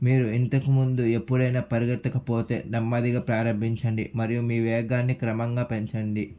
మీరు ఇంతకుముందు ఎప్పుడైనా పరిగెత్తకపోతే నెమ్మదిగా ప్రారంభించండి మరియు మీ వేగాన్ని క్రమంగా పెంచండి